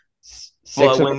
Six